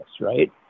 right